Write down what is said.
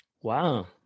wow